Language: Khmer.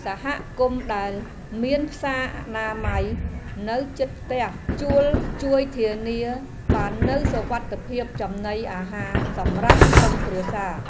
សហគមន៍ដែលមានផ្សារអនាម័យនៅជិតផ្ទះជួលជួយធានាបាននូវសុវត្ថិភាពចំណីអាហារសម្រាប់ក្រុមគ្រួសារ។